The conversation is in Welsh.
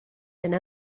yna